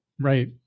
Right